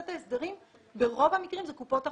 את ההסדרים ברוב המקרים זה קופות החולים.